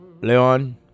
Leon